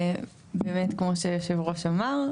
כמו שאמר יושב הראש,